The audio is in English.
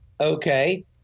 okay